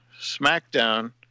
Smackdown